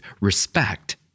respect